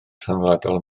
rhyngwladol